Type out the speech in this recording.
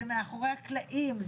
זה מאחורי הקלעים,